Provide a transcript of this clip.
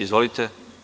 Izvolite.